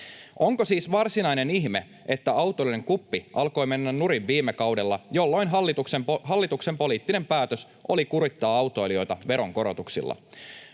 Onko siis varsinainen ihme, että autoilijoiden kuppi alkoi mennä nurin viime kaudella, jolloin hallituksen poliittinen päätös oli kurittaa autoilijoita veronkorotuksilla?